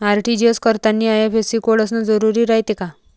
RTGS करतांनी IFSC code असन जरुरी रायते का?